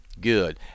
good